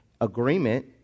Agreement